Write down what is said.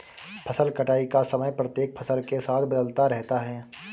फसल कटाई का समय प्रत्येक फसल के साथ बदलता रहता है